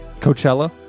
Coachella